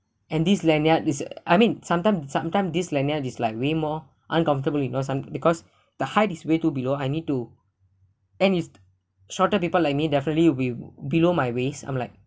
and this lanyard is I mean sometime sometime this lanyard is like way more uncomfortably you know some because the height is way too below I need to and is shorter people like me definitely will be below my waist I'm like